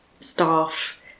staff